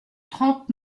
trente